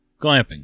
Glamping